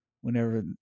whenever